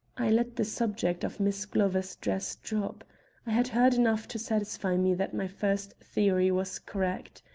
i let the subject of miss glover's dress drop. i had heard enough to satisfy me that my first theory was correct.